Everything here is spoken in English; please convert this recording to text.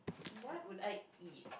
what would I eat